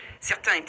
Certains